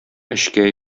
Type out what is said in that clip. эчкә